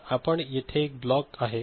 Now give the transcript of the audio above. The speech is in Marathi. तर आपण येथे एक ब्लॉक आहे